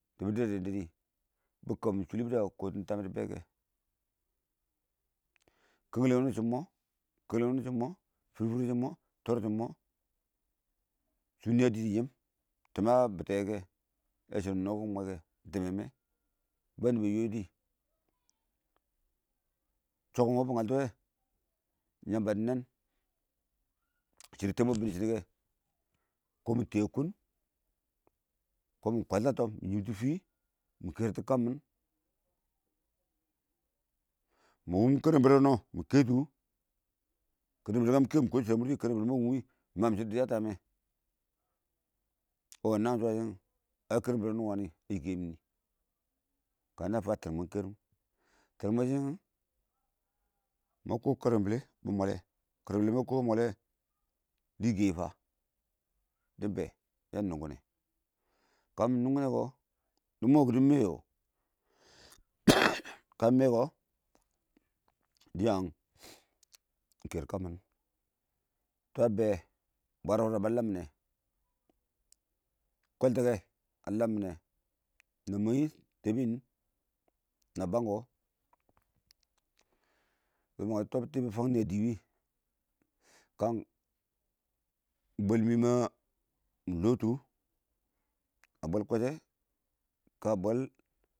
shɪ bɪ da dɛ yɛn dɪ bɪ kammin shʊli bɪ da bɪ kɔtʊ tam mɪ shidɔ wɪɪn dɪ bɛ kɛ, kəngle wʊno shɪn mɔ kəngle wʊnʊ shɪn mɔ, fir wini shɪn mɔ tɔr shɪn mɔ shɔ niyɛ dɪ kɪ dɪ fankuwɪ shidɔ timmɛ a bittɛ kɛ yɔ shidɔ nɛ kiɪn mwɛ kɛ iɪng timmɛ mɛ ba nɪ ba yoyi chungum wʊ bɪ ngaltɔ wɛ iɪng shɔ dɪ nɛn shidɔ tɛɛ mwɛ a bɪn dɪ shonɪ kɛ kɔn bɪ tɛwɛ kʊn dɪ shɔ kɔn mɪ kwaltatɔ mɪ yimtɔ fɪ mɪ ker tu kɛ mwɛ momi karal nɛrɛ wuni nɛ mɪ ketu kɪm, yamba kə wʊm karal barerɛ wʊni mɪ ketu kə fankuwɪ mɪn shidɔ dɪ yatʊ yaam a mʊr shɪ kɪ wɔ shɪ naan shʊ wa shit iɪng wa nɪ karal barɛrɛ wʊni wɪɪn a yike yimi nɪ kantʊ ya fan tɛn mɛ iɪng kerim tɛmmɛ shɪ ɛ ma koom karal barɛ ma mwallɛ dɪ yike yɪ fan dɪn bɛ yan nʊng kinɛ kamɪ nʊng kunɛ kɛ dɪn mɔ kiddi mɛ yɔ, kamɪ mɔ kɔ dɪn ya ker kammin tɔ a bɛ bwra fʊra bɛ a lam minɛ kwɛltikɛ a lamminɛ na mang nɪ tɛɛbʊn nɪn, na bang kɔ tɔ biti nɪ fang niyɛ dɪ wɪɪn kan bwɛl mɪn ma mɪ betʊ a bwɛl kwɛshɛ